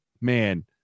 man